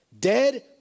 Dead